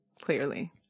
clearly